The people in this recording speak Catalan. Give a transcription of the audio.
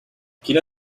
quina